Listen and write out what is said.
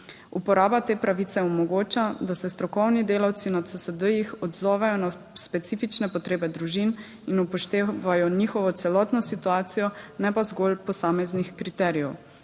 Uporaba te pravice omogoča, da se strokovni delavci na CSD-jih odzovejo na specifične potrebe družin in upoštevajo njihovo celotno situacijo, ne pa zgolj posameznih kriterijev.